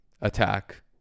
attack